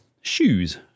shoes